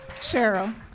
Cheryl